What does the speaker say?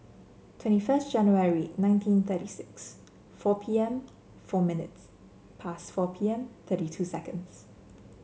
twenty first January nineteen thirty six four P M four minutes pass four P M thirty two seconds